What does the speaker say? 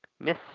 Miss